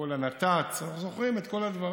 כל הנת"צ, אנחנו זוכרים את כל הדברים.